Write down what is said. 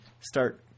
start